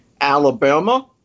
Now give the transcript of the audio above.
Alabama